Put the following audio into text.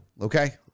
okay